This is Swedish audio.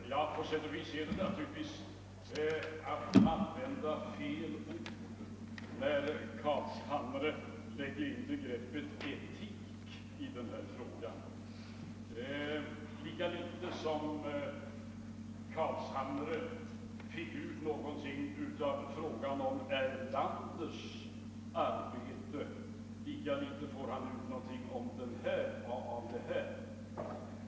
Herr talman! På sätt och vis är det naturligtvis att använda fel ord när herr Carlshamre lägger in begreppet etik i denna fråga. Lika litet som herr Carlshamre fick ut någonting av frågan om herr Erlanders arbete, lika litet får han ut någonting av denna.